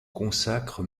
consacre